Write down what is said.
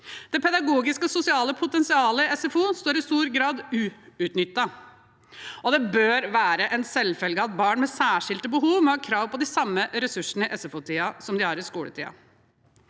Det pedagogiske og sosiale potensialet i SFO står i stor grad uutnyttet. Og det bør være en selvfølge at barn med særskilte behov må ha krav på de samme ressursene i SFO-tiden som de har i skoletiden.